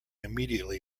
immediately